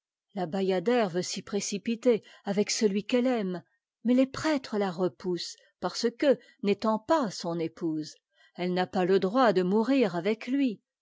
la bayadère veut s'y précipiter avec celui qu'elle aime mais les prêtres la repoussent parce que n'étant pas son épouse elle n'a pas le droit de mourir avec lui